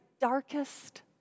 darkest